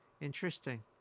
Interesting